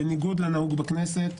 בניגוד לנהוג בכנסת,